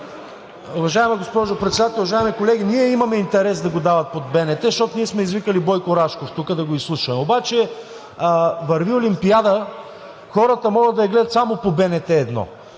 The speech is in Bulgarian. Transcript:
Уважаема госпожо Председател, уважаеми колеги! Ние имаме интерес да го дават по БНТ, защото ние сме извикали Бойко Рашков тук да го изслушваме. Обаче върви Олимпиада, хората могат да я гледат само по БНТ 1.